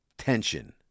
tension